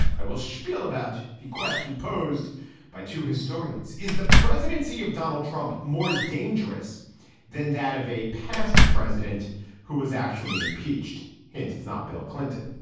i will spiel about the question posed by two historians is the presidency of donald trump more dangerous than that of a past president who was actually impeached. hint it's not bill clinton.